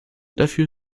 dafür